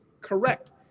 correct